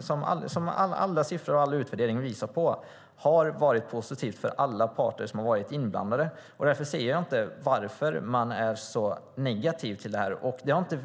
som alla siffror och all utvärdering visar på har varit positiv för alla parter som varit inblandade. Jag förstår inte varför man är så negativ till detta.